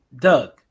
Doug